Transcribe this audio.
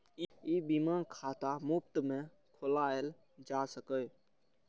ई बीमा खाता मुफ्त मे खोलाएल जा सकैए